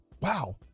wow